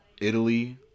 Italy